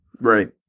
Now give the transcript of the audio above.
Right